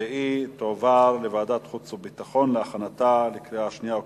לוועדת החוץ והביטחון נתקבלה.